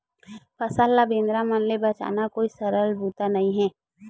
फसल ल बेंदरा मन ले बचाना कोई सरल बूता नइ हे